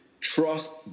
trust